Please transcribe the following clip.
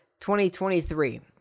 2023